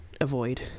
avoid